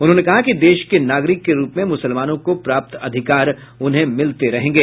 उन्होंने कहा कि देश के नागरिक के रूप में मुसलमानों को प्राप्त अधिकार उन्हें मिलते रहेंगे